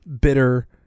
bitter